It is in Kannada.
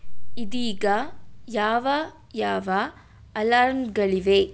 ಇದೀಗ ಯಾವ ಯಾವ ಅಲಾರ್ಮ್ಗಳಿವೆ